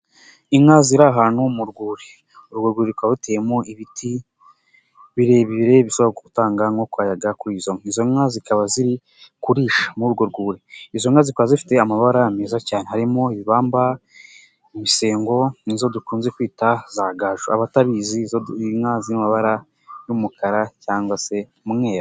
Inka ziri ahantu mu rwuri urwo rwuri rukaba ruteyemo ibiti birebire bi gutanga nk'akayaga kuri izo nka zikaba ziri kurisha muri urwo rwuri izo nka zikaba zifite amabara meza cyane harimo ibibamba, ibisengo nizo dukunze kwita za gaju abatabizi ni inka ziri mu mamabara y'umukara cyangwa se umweru.